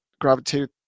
gravitate